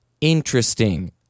interesting